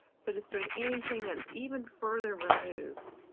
so to sort of anything that's even further removed.